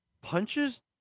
punches